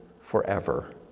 forever